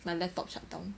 my laptop shutdown